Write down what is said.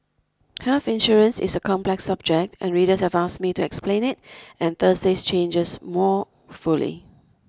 health insurance is a complex subject and readers have asked me to explain it and Thursday's changes more fully